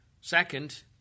Second